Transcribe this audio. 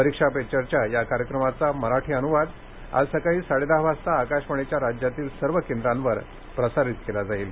परीक्षा पे चर्चा या कार्यक्रमाचा मराठी अनुवाद आज सकाळी साडेदहा वाजता आकाशवाणीच्या राज्यातील सर्व केंद्रांवर प्रसारित केला जाणार आहे